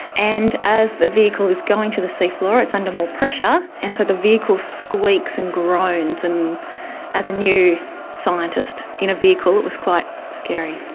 and as the vehicle is going to the seafloor it's under more pressure and so the vehicle squeaks and groans. and as a new scientist in a vehicle, it was quite scary.